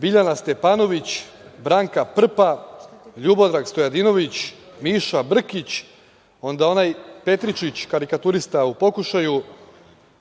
Biljana Stepanović, Branka Prpa, Ljubodrag Stojadinović, Miša Brkić, onda onaj Petričić, karikaturista u pokušaju,